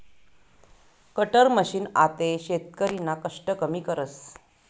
cutter machine आते शेतकरीना कष्ट कमी करस